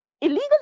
illegal